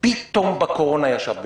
פתאום בקורונה ישב בשקט.